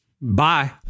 Bye